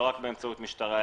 לא רק באמצעות משטרה.